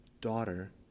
Daughter